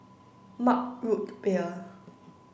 mug root beer